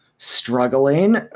struggling